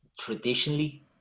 traditionally